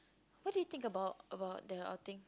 what do you think about about the outing